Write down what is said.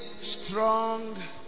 strong